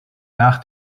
nach